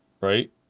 Right